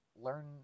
learn